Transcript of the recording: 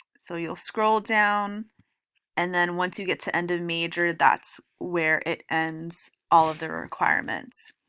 so you'll scroll down and then once you get to end of major that's where it ends all of the requirements.